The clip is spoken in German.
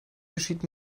geschieht